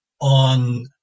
on